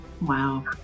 Wow